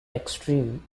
extreme